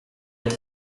est